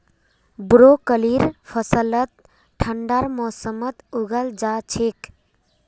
ब्रोकलीर फसलक ठंडार मौसमत उगाल जा छेक